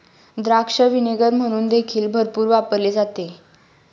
द्राक्ष व्हिनेगर म्हणून देखील भरपूर वापरले जाते